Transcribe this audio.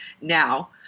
now